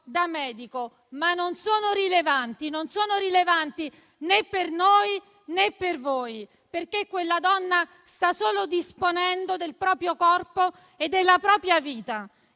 da medico, ma non sono rilevanti, né per noi, né per voi, perché quella donna sta solo disponendo del proprio corpo e della propria vita